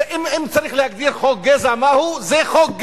אם צריך להגדיר חוק גזע מהו, זה חוק גזע,